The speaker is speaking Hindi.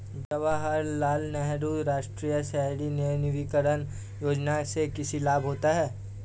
जवाहर लाल नेहरू राष्ट्रीय शहरी नवीकरण योजना से किसे लाभ होता है?